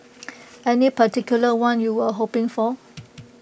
any particular one you were hoping for